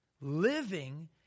living